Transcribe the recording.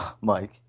Mike